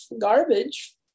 garbage